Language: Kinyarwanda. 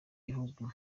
gihugu